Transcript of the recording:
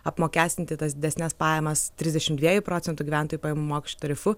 apmokestinti tas didesnes pajamas trisdešim dviejų procentų gyventojų pajamų mokesčio tarifu